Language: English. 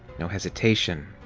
no hesitation.